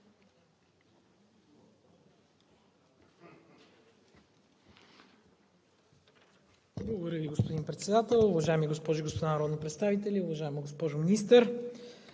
Благодаря Ви, господин Председател. Уважаеми госпожи и господа народни представители, уважаема госпожо Министър!